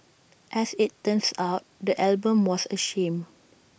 as IT turns out the album was A sham